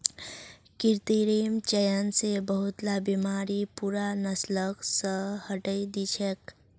कृत्रिम चयन स बहुतला बीमारि पूरा नस्ल स हटई दी छेक